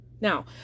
Now